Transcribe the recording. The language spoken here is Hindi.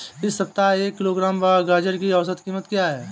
इस सप्ताह एक किलोग्राम गाजर की औसत कीमत क्या है?